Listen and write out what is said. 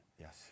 Yes